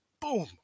boom